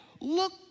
look